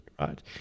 right